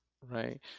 right